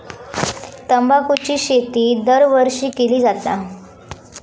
तंबाखूची शेती दरवर्षी केली जाता